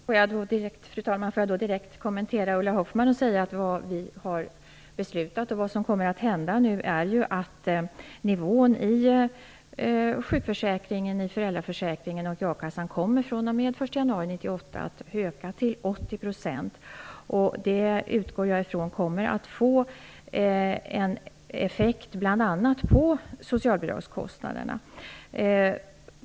Fru talman! Får jag då direkt kommentera det som Ulla Hoffmann sade. Vi har beslutat att nivån på sjukförsäkringen, föräldraförsäkringen och akasseersättningen skall öka till 80 % från den 1 januari 1998. Jag utgår från att det kommer att få en effekt på bl.a. socialbidragskostnaderna.